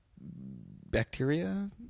bacteria